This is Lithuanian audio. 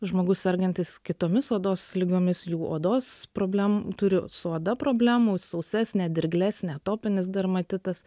žmogus sergantis kitomis odos ligomis jų odos problemų turiu su oda problemų sausesnė dirglesnė atopinis dermatitas